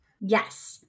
Yes